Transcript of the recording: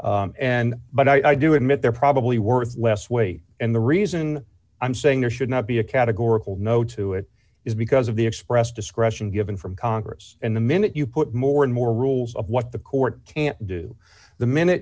no and but i do admit they're probably worth less weight and the reason i'm saying there should not be a categorical no to it is because of the expressed discretion given from congress and the minute you put more and more rules of what the court can do the minute